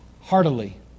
heartily